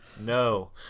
No